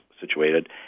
situated